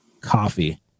Coffee